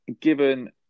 given